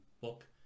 book